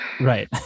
right